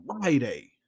Friday